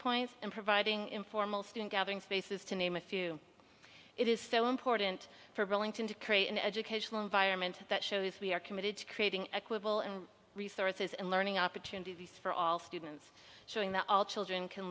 points and providing informal student gatherings spaces to name a few it is so important for billington to create an educational environment that shows we are committed to creating equable and resources and learning opportunities for all students showing that all children can